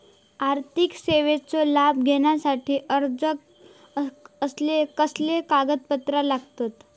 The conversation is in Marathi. आर्थिक सेवेचो लाभ घेवच्यासाठी अर्जाक कसले कागदपत्र लागतत?